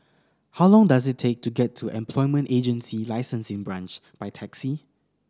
how long does it take to get to Employment Agency Licensing Branch by taxi